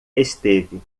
esteve